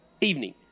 evening